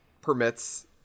permits